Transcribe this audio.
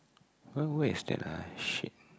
why waste an eye shit